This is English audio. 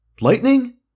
Lightning